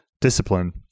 discipline